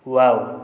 wow